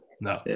No